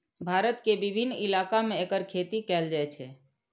भारत के विभिन्न इलाका मे एकर खेती कैल जाइ छै